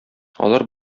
алар